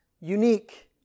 unique